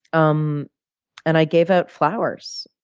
um and i gave out flowers.